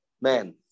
man